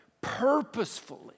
purposefully